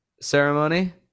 ceremony